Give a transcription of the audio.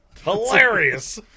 Hilarious